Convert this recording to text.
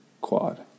quad